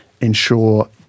ensure